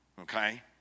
Okay